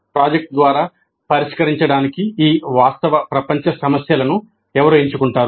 project ద్వారా పరిష్కరించడానికి ఈ వాస్తవ ప్రపంచ సమస్యలను ఎవరు ఎంచుకుంటారు